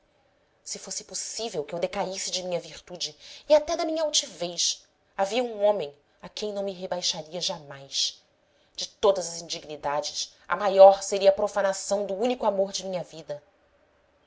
se fosse possível que eu decaísse de minha virtude e até da minha altivez havia um homem a quem não me rebaixaria jamais de todas as indignidades a maior seria a profanação do único amor de minha vida